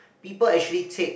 people actually take